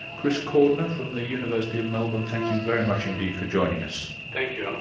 chris cordner from the university of melbourne, thank you very much indeed for joining us. thank you, alan.